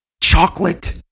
chocolate